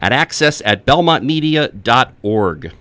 at access at belmont media dot org